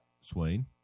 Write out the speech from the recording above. Swain